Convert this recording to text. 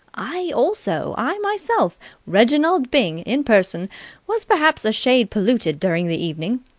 i also i myself reginald byng, in person was perhaps a shade polluted during the evening.